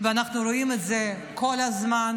אנחנו רואים את זה כל הזמן,